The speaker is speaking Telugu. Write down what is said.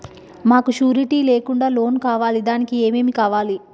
మాకు షూరిటీ లేకుండా లోన్ కావాలి దానికి ఏమేమి కావాలి?